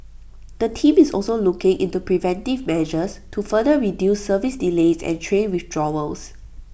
the team is also looking into preventive measures to further reduce service delays and train withdrawals